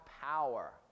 power